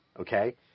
okay